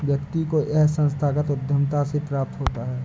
व्यक्ति को यह संस्थागत उद्धमिता से प्राप्त होता है